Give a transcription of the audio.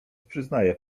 przyznaje